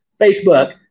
Facebook